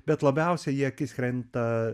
bet labiausiai į akis krenta